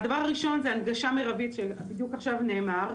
הדבר הראשון הוא הנגשה מירבית כפי שבדיוק עכשיו נאמר.